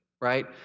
right